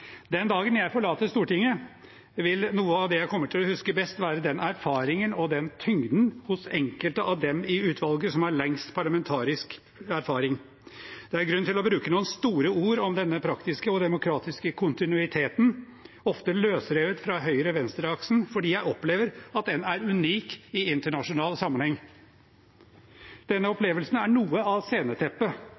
Den dagen jeg forlater Stortinget, vil noe av det jeg kommer til å huske best, være erfaringen og tyngden hos enkelte av dem i utvalget som har lengst parlamentarisk erfaring. Det er grunn til å bruke noen store ord om denne praktiske og demokratiske kontinuiteten – ofte løsrevet fra høyre–venstre-aksen – fordi jeg opplever at den er unik i internasjonal sammenheng. Denne opplevelsen er noe av sceneteppet